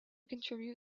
contribute